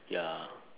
ya